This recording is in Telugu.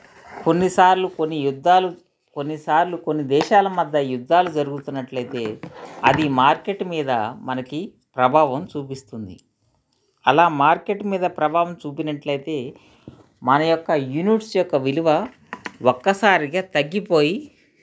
కొన్నిసార్లు కొన్ని యుద్ధాలు కొన్నిసార్లు కొన్ని దేశాల మద్య యుద్ధాలు జరుగుతున్నట్లయితే అది మార్కెట్ మీద మనకి ప్రభావం చూపిస్తుంది అలా మార్కెట్ మీద ప్రభావం చూపినట్లయితే మన యొక్క యూనిట్స్ యొక్క విలువ ఒక్కసారిగా తగ్గిపోయి